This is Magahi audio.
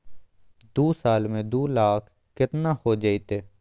दू साल में दू लाख केतना हो जयते?